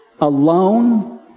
alone